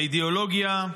לאידיאולוגיה,